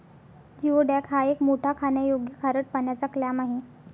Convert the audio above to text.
geoduck हा एक मोठा खाण्यायोग्य खारट पाण्याचा क्लॅम आहे